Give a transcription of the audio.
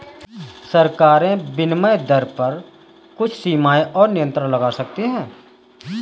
सरकारें विनिमय दर पर कुछ सीमाएँ और नियंत्रण लगा सकती हैं